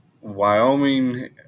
Wyoming